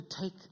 take